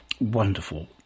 wonderful